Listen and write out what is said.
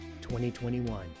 2021